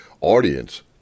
audience